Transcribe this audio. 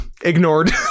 ignored